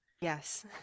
yes